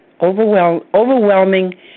overwhelming